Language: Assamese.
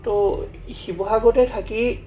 ত' শিৱসাগৰতে থাকি